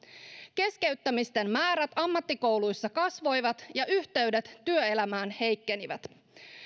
keskeyttämisten määrät ammattikouluissa kasvoivat ja yhteydet työelämään heikkenivät